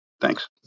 Thanks